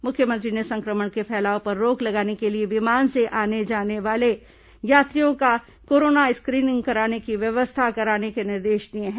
मुख्यमंत्री ने संक्रमण के फैलाव पर रोक लगाने के लिए विमान से आने जाने वाले यात्रियों का कोरोना स्क्रीनिंग कराने की व्यवस्था करने के निर्देश दिए हैं